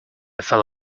fell